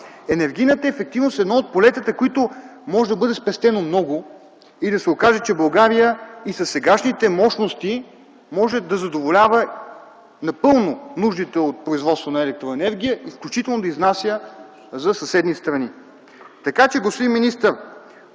Енергийната ефективност е едно от полетата, от които може да бъде спестено много и да се окаже, че България и със сегашните мощности може да задоволява напълно нуждите от производство на електроенергия, включително и да изнася за съседни страни. Господин министър,